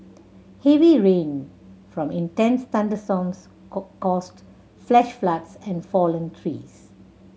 heavy rain from intense thunderstorms caused flash floods and fallen trees